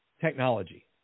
technology